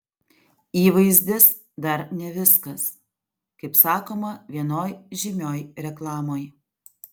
įvaizdis dar ne viskas kaip sakoma vienoj žymioj reklamoj